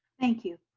thank you,